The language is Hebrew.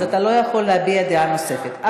אתה לא יכול להביע דעה נוספת.